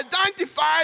identified